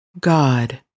god